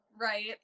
right